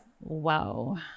wow